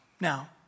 Now